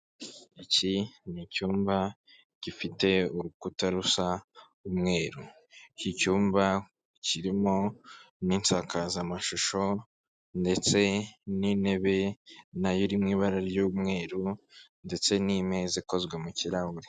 Iki ni icyumba gifite urukuta rusa umweru. Iki cyumba kirimo n'insakazamashusho ndetse n'intebe na yo iri mu ibara ry'umweru ndetse n'imeza ikozwe mu kirahure.